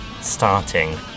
starting